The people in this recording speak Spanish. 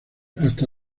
hasta